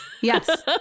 Yes